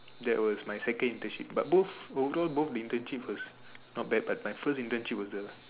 that was my second internship but both although both internships was not bad but my first internships was the